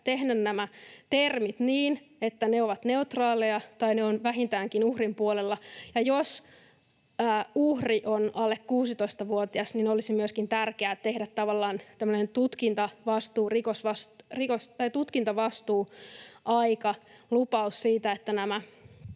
tehdä nämä termit niin, että ne ovat neutraaleja tai ne ovat vähintäänkin uhrin puolella, ja jos uhri on alle 16-vuotias, niin olisi myöskin tärkeää tehdä tavallaan tämmöinen tutkintavastuuaika, lupaus siitä, että nämä